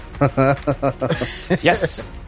Yes